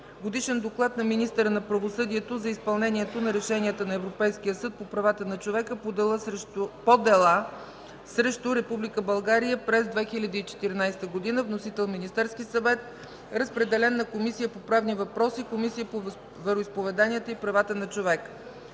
Годишен доклад на министъра на правосъдието за изпълнението на решенията на Европейския съд по правата на човека по дела срещу Република България през 2014 г. Вносител – Министерският съвет. Разпределен е на Комисията по правни въпроси и Комисията по вероизповеданията и правата на човека.